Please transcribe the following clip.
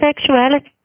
sexuality